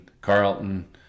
carlton